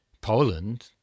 Poland